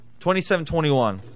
27-21